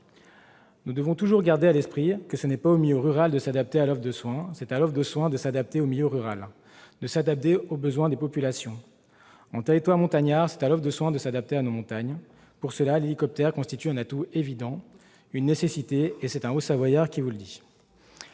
Nous devons toujours le garder à l'esprit : ce n'est pas au milieu rural de s'adapter à l'offre de soins ; c'est à l'offre de soins de s'adapter au milieu rural et aux besoins des populations ; c'est à l'offre de soins de s'adapter à nos montagnes. Pour cela, l'hélicoptère constitue un atout évident, une nécessité ; c'est un Haut-Savoyard qui vous le dit,